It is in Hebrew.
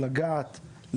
לגעת,